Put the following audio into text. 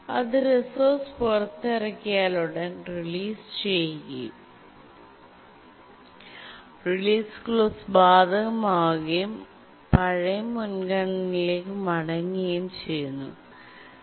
അത് റിസോഴ്സ് പുറത്തിറക്കിയാലുടൻ release clause ബാധകമാവുകയും പഴയ മുൻഗണനയിലേക്ക് മടങ്ങുകയും ചെയ്യുന്നു 2